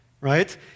right